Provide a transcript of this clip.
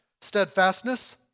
steadfastness